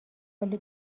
کلی